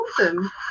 awesome